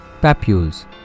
papules